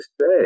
say